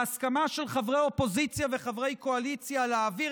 וההסכמה של חברי אופוזיציה וחברי קואליציה להעביר